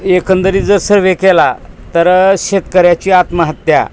एकंदरीत जर सर्वे केला तर शेतकऱ्याची आत्महत्या